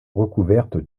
recouverte